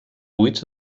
buits